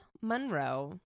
Monroe